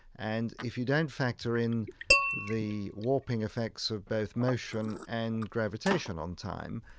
and if you don't factor in the warping effects of both motion and gravitation on time,